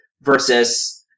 versus